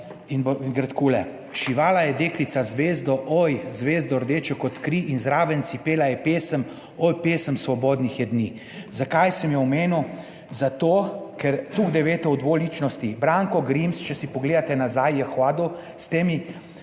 kar takole: "Šivala, je deklica z zvezdo, oj zvezdo rdečo, kot kri in zraven pela je pesem oj, pesem svobodnih je dni." Zakaj sem jo omenil? Zato, ker toliko, da veste o dvoličnosti. Branko Grims, če si pogledate nazaj, je hodil s temi